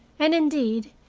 and, indeed,